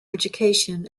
education